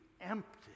empty